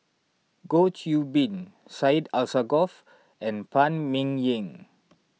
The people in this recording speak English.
Goh Qiu Bin Syed Alsagoff and Phan Ming Yen